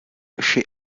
chez